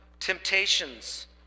temptations